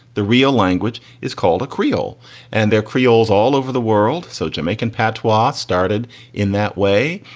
the real language is called a creole and their creoles all over the world. so jamaican patois started in that way.